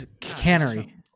Cannery